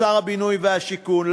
לשר הבינוי והשיכון,